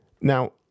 Now